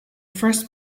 first